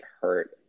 hurt